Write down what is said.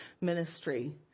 ministry